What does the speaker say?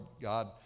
God